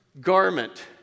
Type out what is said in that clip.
garment